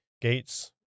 gates